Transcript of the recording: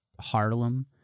Harlem